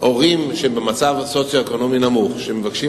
אבל הורים במצב סוציו-אקונומי נמוך שמבקשים